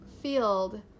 field